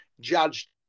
judged